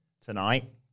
tonight